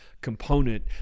component